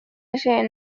شيء